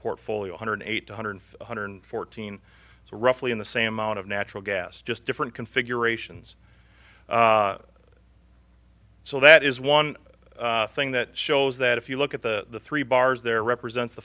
portfolio hundred eight hundred one hundred fourteen roughly in the same amount of natural gas just different configurations so that is one thing that shows that if you look at the three bars there represents the